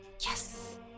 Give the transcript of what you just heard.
yes